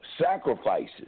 Sacrifices